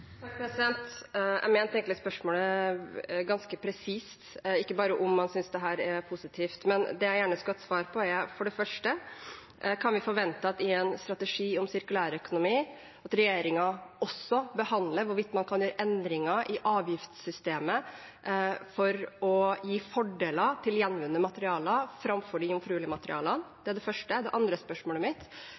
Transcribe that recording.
Jeg mente egentlig spørsmålet ganske presist – ikke bare om han synes dette er positivt. Det jeg gjerne skulle hatt svar på, er for det første: Kan vi forvente at regjeringen i en strategi om sirkulær økonomi også behandler hvorvidt man kan gjøre endringer i avgiftssystemet for å gi fordeler til bruk av gjenvunne materialer framfor jomfruelige materialer? Det er det første spørsmålet. Det andre spørsmålet mitt